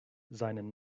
seinen